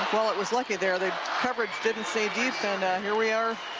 wahlert was lucky there the coverage didn't stay deep and um here we are.